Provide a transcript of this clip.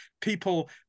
people